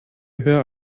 höher